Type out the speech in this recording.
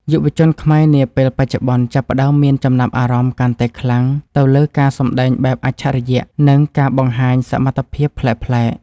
យុវជនខ្មែរនាពេលបច្ចុប្បន្នចាប់ផ្តើមមានចំណាប់អារម្មណ៍កាន់តែខ្លាំងទៅលើការសម្តែងបែបអច្ឆរិយៈ និង ការបង្ហាញសមត្ថភាពប្លែកៗ។